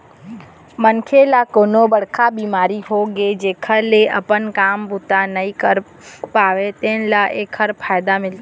मनखे ल कोनो बड़का बिमारी होगे हे जेखर ले अपन काम बूता नइ कर पावय तेन ल एखर फायदा मिलथे